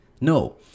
No